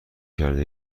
کرده